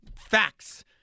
facts